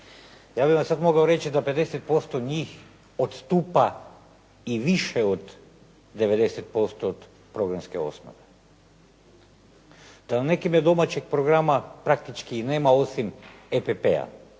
ja bih vam sad mogao reći da 50% njih odstupa i više od 90% od programske osnove. Na nekima domaćeg programa praktički i nema osim EPP-a,